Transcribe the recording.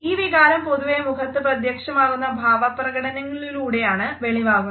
ഈ വികാരം പൊതുവെ മുഖത്ത് പ്രത്യക്ഷമാകുന്ന ഭാവപ്രകടനങ്ങളിലൂടെയാണ് വെളിവാകുന്നത്